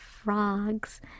Frogs